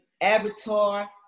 avatar